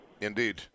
Indeed